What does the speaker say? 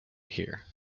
here